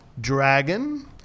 Dragon